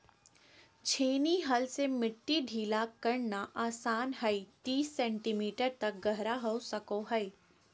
छेनी हल से मिट्टी ढीला करना आसान हइ तीस सेंटीमीटर तक गहरा हो सको हइ